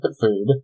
food